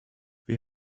wir